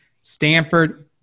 Stanford